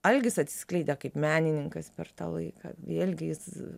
algis atsiskleidė kaip menininkas per tą laiką vėlgi jis